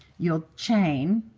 you'll chain,